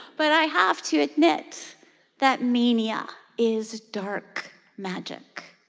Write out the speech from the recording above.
but i have to admit that mania is dark magic.